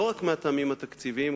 לא רק מהטעמים התקציביים,